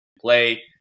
play